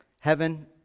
Heaven